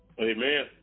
Amen